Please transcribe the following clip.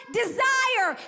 desire